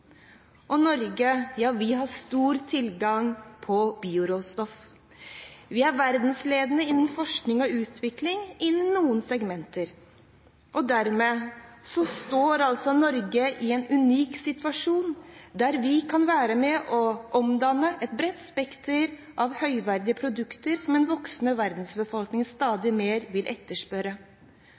Og Norge, ja vi har stor tilgang på bioråstoff. Vi er verdensledende innen forskning og utvikling innen noen segmenter, og dermed står Norge i en unik situasjon, der vi kan være med og omdanne et bredt spekter av høyverdige produkter som den voksende verdensbefolkning stadig mer vil etterspørre.